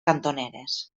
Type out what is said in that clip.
cantoneres